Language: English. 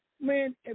Man